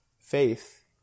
Faith